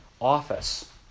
office